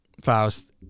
Faust